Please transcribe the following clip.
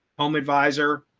home advisor,